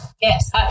yes